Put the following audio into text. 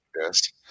Yes